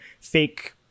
fake